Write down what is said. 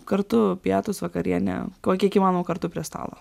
kartu pietūs vakarienė ko kiek įmanoma kartu prie stalo